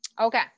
okay